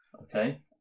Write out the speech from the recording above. Okay